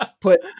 put